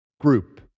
group